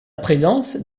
présence